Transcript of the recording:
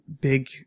big